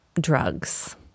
drugs